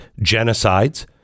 genocides